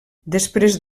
després